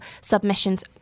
submissions